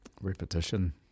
Repetition